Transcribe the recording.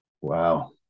Wow